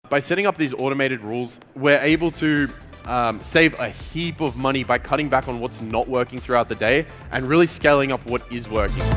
by setting up these automated rules, we're able to save a heap of money by cutting back on what's not working throughout the day and really scaling up what is working.